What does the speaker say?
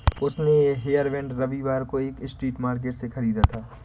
उसने ये हेयरबैंड रविवार को एक स्ट्रीट मार्केट से खरीदा था